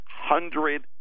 hundred